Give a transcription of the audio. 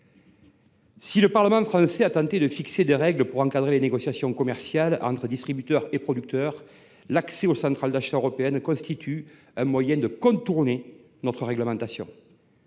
Si le Parlement français a tenté de fixer des règles pour encadrer les négociations commerciales entre distributeurs et producteurs, le recours aux centrales d’achat européennes constitue un moyen de contourner notre réglementation.